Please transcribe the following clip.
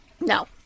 No